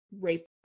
rape